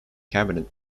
cabinet